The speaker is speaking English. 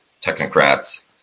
technocrats